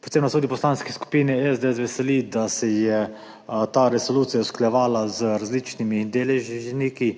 Predvsem nas tudi v Poslanski skupini SDS veseli, da se je ta resolucija usklajevala z različnimi deležniki